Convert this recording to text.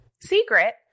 secret